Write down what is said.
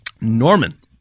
Norman